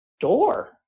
door